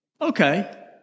okay